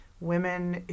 women